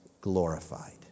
glorified